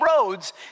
roads